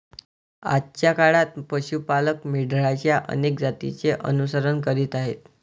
आजच्या काळात पशु पालक मेंढरांच्या अनेक जातींचे अनुसरण करीत आहेत